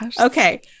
Okay